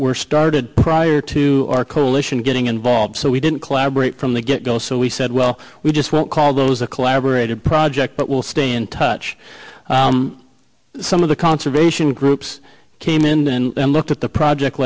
were started prior to our coalition getting involved so we didn't collaborate from the get go so we said well we just won't call those a collaborative project but we'll stay in touch some of the conservation groups came in and looked at the project